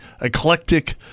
eclectic